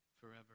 forever